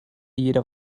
jeder